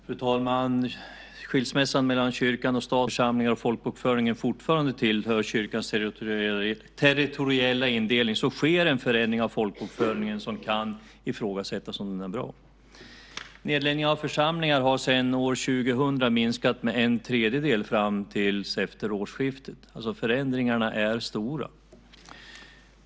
Fru talman! Skilsmässan mellan kyrkan och staten har vissa kvardröjande effekter. I och med att kyrkan minskar sina församlingar och folkbokföringen fortfarande följer kyrkans territoriella indelning sker en förändring av folkbokföringen som det kan ifrågasättas om den är bra. Nedläggningen av församlingar har lett till att antalet församlingar sedan år 2000 har minskat med en tredjedel fram till efter årsskiftet. Förändringarna är alltså stora.